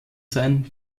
sein